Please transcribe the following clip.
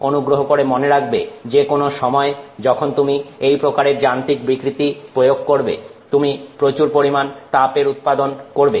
অনুগ্রহ করে মনে রাখবে যেকোনো সময় যখন তুমি এই প্রকারের যান্ত্রিক বিকৃতি প্রয়োগ করবে তুমি প্রচুর পরিমাণ তাপের উৎপাদন করবে